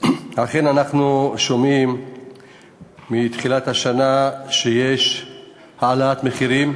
אכן אנחנו שומעים מתחילת השנה שיש העלאת מחירים.